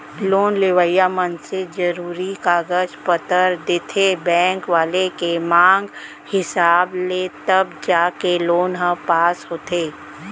loan लेवइया मनसे जरुरी कागज पतर देथे बेंक वाले के मांग हिसाब ले तब जाके लोन ह पास होथे